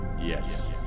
Yes